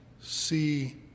see